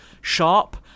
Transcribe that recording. sharp